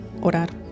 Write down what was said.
orar